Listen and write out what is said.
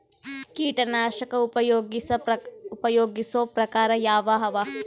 ಕೀಟನಾಶಕ ಉಪಯೋಗಿಸೊ ಪ್ರಕಾರ ಯಾವ ಅವ?